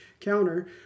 counter